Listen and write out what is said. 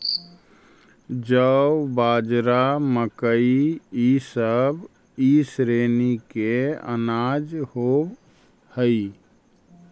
जौ, बाजरा, मकई इसब ई श्रेणी के अनाज होब हई